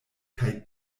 kaj